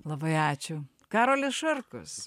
labai ačiū karolis šarkus